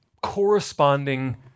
corresponding